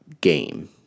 game